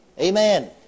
Amen